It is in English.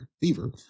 fever